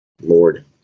Lord